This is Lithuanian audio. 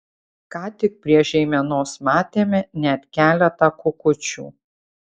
ką tik prie žeimenos matėme net keletą kukučių